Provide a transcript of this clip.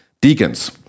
deacons